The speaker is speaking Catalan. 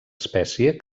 espècie